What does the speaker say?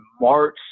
March